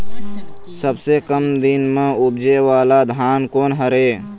सबसे कम दिन म उपजे वाला धान कोन हर ये?